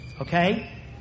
Okay